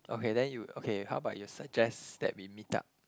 okay then you okay how about you suggest that we meet up